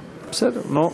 גם אני, בסדר, נו.